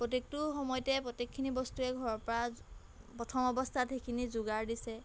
প্ৰত্যেকটো সময়তে প্ৰত্যেকখিনি বস্তুৱে ঘৰৰ পৰা প্ৰথম অৱস্থাত সেইখিনি যোগাৰ দিছে